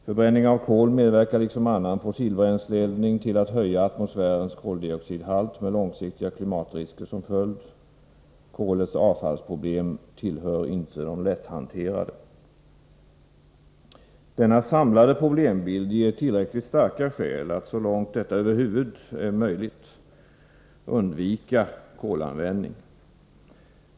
Förbränning av kol medverkar liksom annan fossilbränsleeldning till att höja atmosfärens koldioxidhalt med långsiktiga klimatrisker som följd. Kolets avfallsproblem tillhör inte de lätthanterade. Denna samlade problembild ger tillräckligt starka skäl att så långt detta över huvud är möjligt undvika kolanvändning.